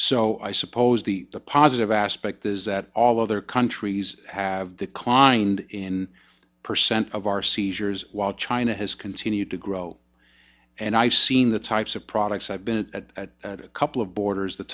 so i suppose the positive aspect is that all other countries have declined in percent of our seizures while china has continued to grow and i've seen the types of products i've been at at a couple of borders the